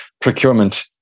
procurement